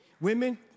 Women